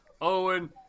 Owen